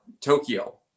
Tokyo